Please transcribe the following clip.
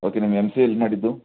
okay ನೀವು M C A ಎಲ್ಲಿ ಮಾಡಿದ್ದು